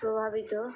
প্রভাবিত